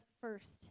first